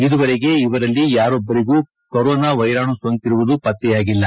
ಇದುವರೆಗೆ ಇವರಲ್ಲಿ ಯಾರೊಬ್ಲರಿಗೂ ಕೊರೋನಾ ವೈರಾಣು ಸೋಂಕಿರುವುದು ಪತ್ತೆಯಾಗಿಲ್ಲ